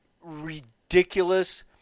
ridiculous